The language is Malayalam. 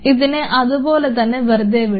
അതിനെ അതുപോലെ തന്നെ വെറുതെ വിടാം